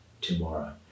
tomorrow